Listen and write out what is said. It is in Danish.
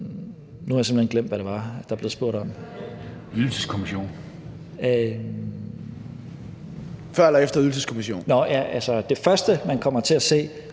Nu har jeg simpelt hen glemt, hvad det var, der blev spurgt om (Morten Dahlin (V): Før eller efter Ydelseskommissionen?). Nå ja. Altså, det første, man kommer til at se,